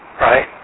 right